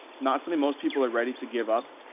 not something most people are ready to give up.